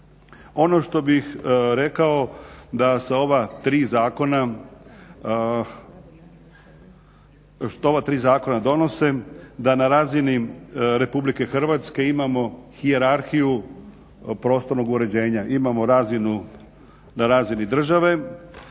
Ono što bih rekao da sa ova tri zakona donose, da na razini Republike Hrvatske imamo hijerarhiju prostornog uređenja. Imamo na razini države,